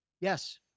Yes